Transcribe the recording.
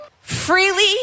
freely